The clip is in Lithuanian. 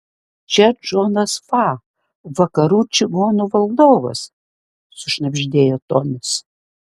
čia džonas fa vakarų čigonų valdovas sušnabždėjo tonis